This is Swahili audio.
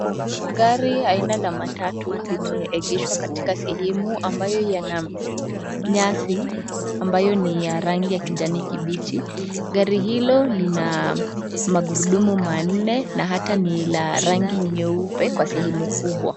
Gari aina la matatu limeegeshwa katika sehemu ambayo yana nyasi ambayo ni ya rangi ya kijani kibichi. Gari hilo lina magurudumu manne na hata ni la rangi nyeupe kwa sehemu kubwa.